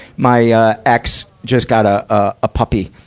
my, ah, ex just got a, a puppy.